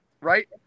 right